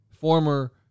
former